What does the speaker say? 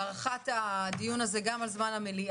להארכת הדיון הזה גם על זמן המליאה,